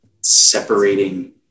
separating